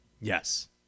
Yes